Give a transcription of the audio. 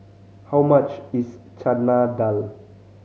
how much is Chana Dal